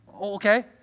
Okay